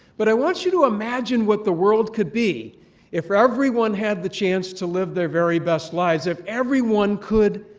but i want you to imagine what the world could be if everyone had the chance to live their very best lives, if everyone could